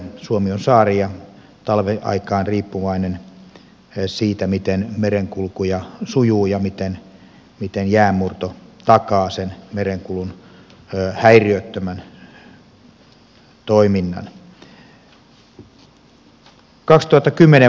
suomi on saari ja talviaikaan riippuvainen siitä miten merenkulku sujuu ja miten jäänmurto takaa sen merenkulun häiriöttömän toiminnan